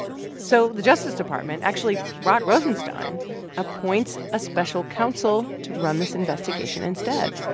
so the justice department actually, rod rosenstein appoints a special counsel to run this investigation instead